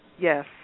Yes